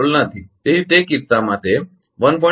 તેથી તે કિસ્સામાં તે 1